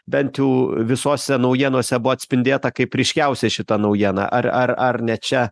bent jau visose naujienose buvo atspindėta kaip ryškiausia šita naujiena ar ar ar ne čia